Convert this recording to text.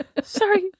Sorry